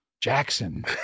Jackson